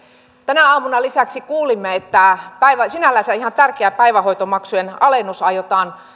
tänä aamuna lisäksi kuulimme että sinällänsä ihan tärkeä päivähoitomaksujen alennus aiotaan